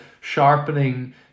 sharpening